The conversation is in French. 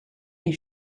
est